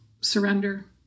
surrender